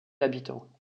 habitants